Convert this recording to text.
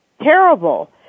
terrible